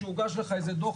שהוגש לך איזה דוח,